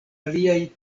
aliaj